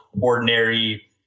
ordinary